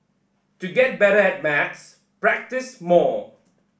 to get better at maths practise more